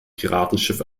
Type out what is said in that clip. piratenschiff